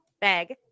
Bag